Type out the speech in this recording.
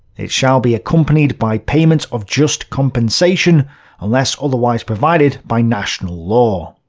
it shall be accompanied by payment of just compensation unless otherwise provided by national law.